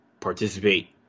participate